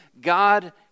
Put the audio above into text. God